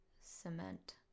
Cement